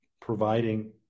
providing